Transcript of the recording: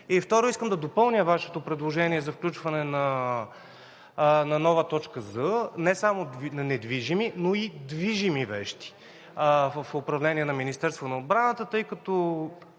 И, второ, искам да допълня Вашето предложение за включване на нова точка „з“ – не само „недвижими“, но и „движими“ вещи в управлението на Министерството на отбраната, тъй като